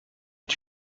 est